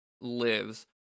lives